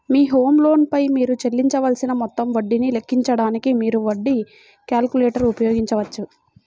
మీ home loan పై మీరు చెల్లించవలసిన మొత్తం వడ్డీని లెక్కించడానికి, మీరు వడ్డీ క్యాలిక్యులేటర్ ఉపయోగించవచ్చు